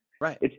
Right